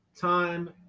Time